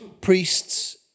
Priests